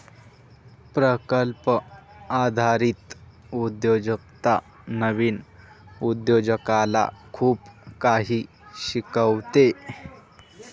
प्रकल्प आधारित उद्योजकता नवीन उद्योजकाला खूप काही शिकवते